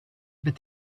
but